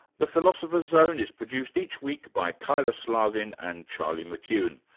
the philosopher's zone is produced each week by kyla slaven and charlie mckune,